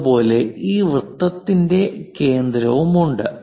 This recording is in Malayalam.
അതുപോലെ ഈ വൃത്തത്തിന്റെ കേന്ദ്രവുമുണ്ട്